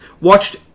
watched